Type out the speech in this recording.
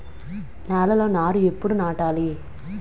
నేలలో నారు ఎప్పుడు నాటాలి?